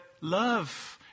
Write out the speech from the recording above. love